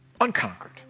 Unconquered